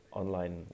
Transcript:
online